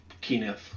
Kenneth